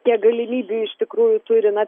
tiek galimybių iš tikrųjų turi na